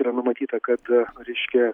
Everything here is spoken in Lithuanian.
yra numatyta kad reiškia